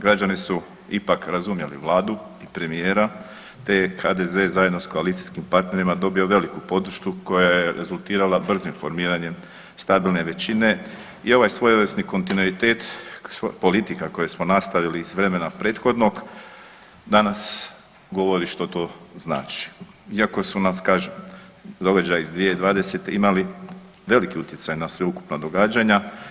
Građani su ipak razumjeli Vladu i premijera te je HDZ zajedno s koalicijskim partnerima dobio veliku podršku koja je rezultirala brzim formiranjem stabilne većine i ovaj svojevrsni kontinuitet politika koje smo nastavili iz vremena prethodnog, danas govori što to znači, iako su nas, kažem, događaji iz 2020. imali veliki utjecaj na sveukupna događanja.